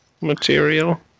material